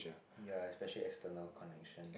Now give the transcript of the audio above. ya especially external connection